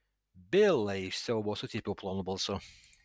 bilai iš siaubo sucypiau plonu balsu